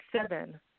seven